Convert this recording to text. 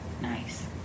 nice